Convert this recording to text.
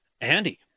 Andy